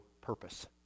purpose